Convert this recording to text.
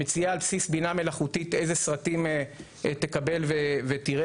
שמציעה על בסיס בינה מלאכותית איזה סרטים תקבל ותראה,